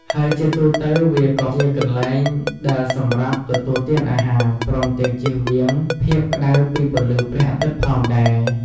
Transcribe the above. ហើយជាទូទៅវាក៏ជាកន្លែងដែលសម្រាប់ ទទួលទានអារហារ ព្រមទាំងជៀសវាងភាពក្តៅពីពន្លឺព្រះអាទិត្យផងដែរ ។